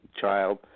child